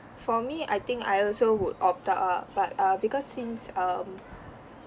for me I think I also would opt out ah but uh because since um